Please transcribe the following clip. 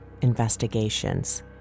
investigations